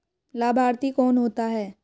लाभार्थी कौन होता है?